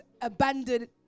abandoned